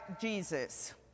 Jesus